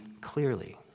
clearly